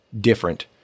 different